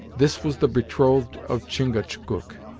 this was the betrothed of chingachgook,